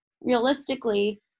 realistically